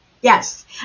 Yes